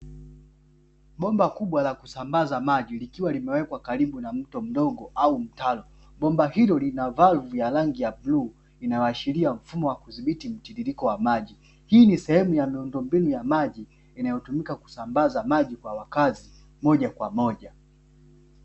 Bomba kubwa la kusambaza maji, likiwa limewekwa karibu na mto mdogo au mtaro. Bomba hilo lina valvu ya rangi ya bluu inayoashiria mfumo wa kudhibiti mtiririko wa maji. Hii ni sehemu ya miundombinu ya maji inayotumika kusambaza maji kwa wakazi moja kwa moja.